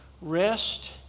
rest